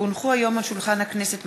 כי הונחו היום על שולחן הכנסת,